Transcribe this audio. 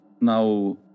now